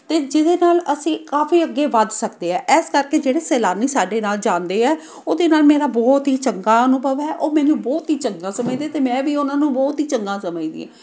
ਅਤੇ ਜਿਹਦੇ ਨਾਲ ਅਸੀਂ ਕਾਫੀ ਅੱਗੇ ਵਧ ਸਕਦੇ ਹੈ ਇਸ ਕਰਕੇ ਜਿਹੜੇ ਸੈਲਾਨੀ ਸਾਡੇ ਨਾਲ ਜਾਂਦੇ ਆ ਉਹਦੇ ਨਾਲ ਮੇਰਾ ਬਹੁਤ ਹੀ ਚੰਗਾ ਅਨੁਭਵ ਹੈ ਉਹ ਮੈਨੂੰ ਬਹੁਤ ਹੀ ਚੰਗਾ ਸਮਝਦੇ ਅਤੇ ਮੈਂ ਵੀ ਉਹਨਾਂ ਨੂੰ ਬਹੁਤ ਹੀ ਚੰਗਾ ਸਮਝਦੀ ਹਾਂ